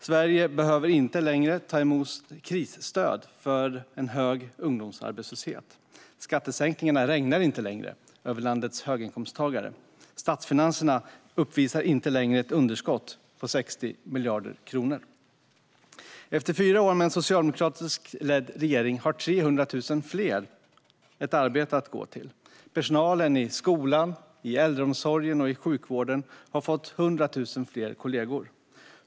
Sverige behöver inte längre ta emot krisstöd för en hög ungdomsarbetslöshet, skattesänkningar regnar inte längre över höginkomsttagare och statsfinanserna uppvisar inte längre ett underskott på 60 miljarder kronor. Efter fyra år med en socialdemokratiskt ledd regering har 300 000 fler ett arbete att gå till. Personalen i skola, äldreomsorg och sjukvård har fått 100 000 fler kollegor.